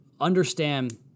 understand